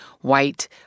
white